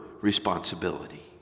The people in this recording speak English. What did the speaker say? responsibility